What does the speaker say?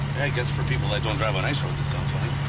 for people that don't drive on ice roads it sounds funny.